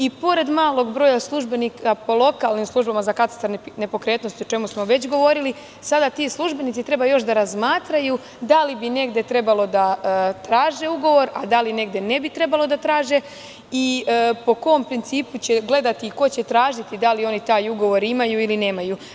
I pored malog broja službenika po lokalnim službama za katastar nepokretnosti, o čemu smo već govorili, sada ti službenici treba još da razmatraju da li bi negde trebalo da traže ugovor, a da li negde ne bi trebalo da traže i po kom principu će gledati i ko će tražiti da li oni taj ugovor imaju ili nemaju.